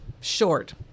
short